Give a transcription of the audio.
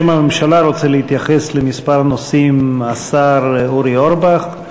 בשם הממשלה רוצה להתייחס לכמה נושאים השר אורי אורבך,